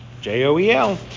J-O-E-L